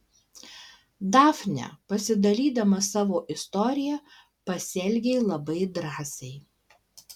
dafne pasidalydama savo istorija pasielgei labai drąsiai